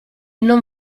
non